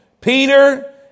Peter